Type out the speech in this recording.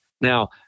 Now